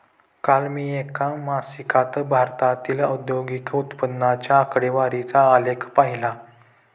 काल मी एका मासिकात भारतातील औद्योगिक उत्पन्नाच्या आकडेवारीचा आलेख पाहीला